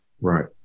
right